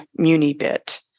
Munibit